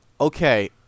Okay